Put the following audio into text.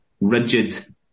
rigid